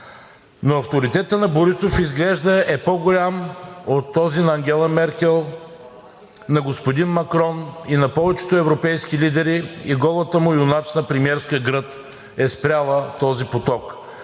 Авторитетът на Борисов изглежда е по-голям от този на Ангела Меркел, на господин Макрон и на повечето европейски лидери и голата му юначна премиерска гръд е спряла този поток.